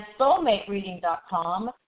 soulmatereading.com